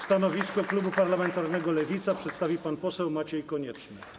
Stanowisko klubu parlamentarnego Lewica przedstawi pan poseł Maciej Konieczny.